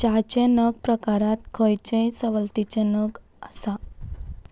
च्याचे नग प्रकारांत खंयचेय सवलतीचे नग आसा